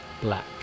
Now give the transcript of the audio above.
black